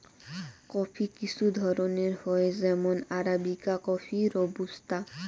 coffee কিসু ধরণের হই যেমন আরাবিকা কফি, রোবুস্তা